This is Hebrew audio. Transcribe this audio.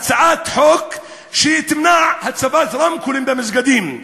הצעת חוק שתמנע הצבת רמקולים במסגדים,